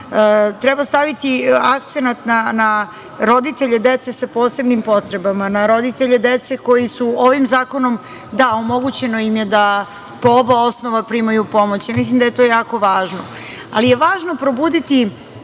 treba staviti akcenat na roditelje dece sa posebnim potrebama, na roditelje dece koji su ovim zakonom, da, omogućeno im je da po oba osnova primaju pomoć i ja mislim da je to jako važno, ali je važno probuditi